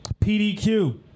PDQ